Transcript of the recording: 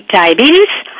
diabetes